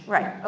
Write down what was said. Right